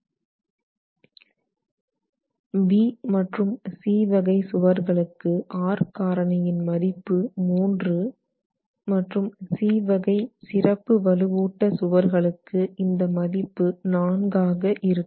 B மற்றும் C வகை சுவர்களுக்கு R காரணியின் மதிப்பு 3 மற்றும் C வகை சிறப்பு வலுவூட்ட சுவர்களுக்கு இந்த மதிப்பு 4 ஆக இருக்கும்